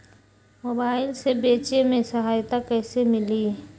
Mobile से बेचे में सहायता कईसे मिली?